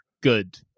good